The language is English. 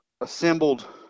assembled